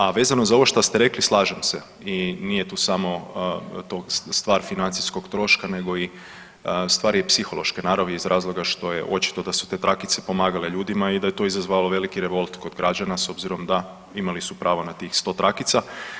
A vezano za ovo šta ste rekli slažem se i nije tu samo to stvar financijskog troška nego i stvar je i psihološke naravi iz razloga što je očito da su te trakice pomagale ljudima i da je to izazvalo veliki revolt kod građana s obzirom da imali su pravo na tih 100 trakica.